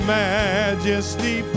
majesty